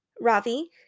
Ravi